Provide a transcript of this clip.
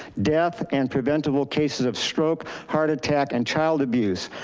death and preventable cases of stroke, heart attack, and child abuse.